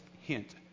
hint